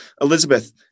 Elizabeth